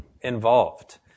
involved